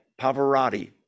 Pavarotti